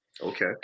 Okay